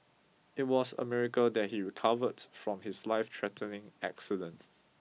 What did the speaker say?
it was a miracle that he recovered from his lifethreatening accident